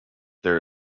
there